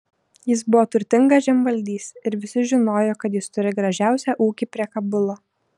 jis buvo turtingas žemvaldys ir visi žinojo kad jis turi gražiausią ūkį prie kabulo